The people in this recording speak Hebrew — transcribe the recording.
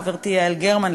חברתי יעל גרמן,